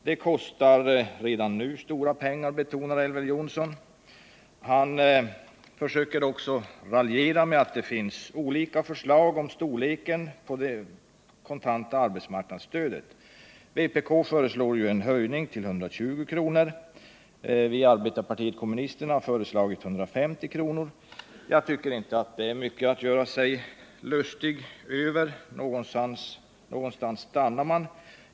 Det kostar redan nu stora pengar, betonar Elver Jonsson. Han försöker också raljera med att det finns olika förslag om storleken på det kontanta arbetsmarknadsstödet. Vpk föreslår en höjning till 120 kr. Vi i arbetarpartiet kommunisterna har föreslagit 150 kr. Jag tycker inte det är mycket att göra sig lustig över, för någonstans stannar man.